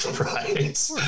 Right